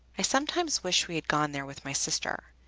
i sometimes wish we had gone there with my sister.